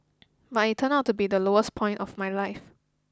but it turned out to be the lowest point of my life